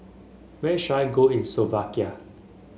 where should I go in Slovakia